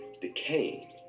decaying